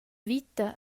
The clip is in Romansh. vita